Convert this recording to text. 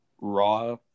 Raw